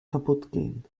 kaputtgehen